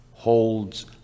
Holds